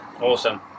Awesome